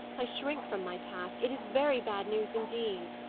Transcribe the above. i shrink from my task. it is very bad news indeed.